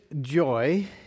joy